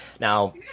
Now